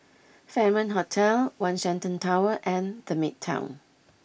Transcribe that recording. Fairmont Hotel One Shenton Tower and the Midtown